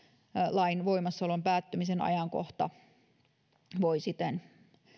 lain voimassaolon päättymisen ajankohta voi siten